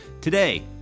Today